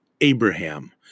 Abraham